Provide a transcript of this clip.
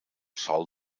sol